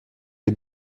des